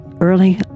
Early